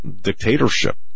dictatorship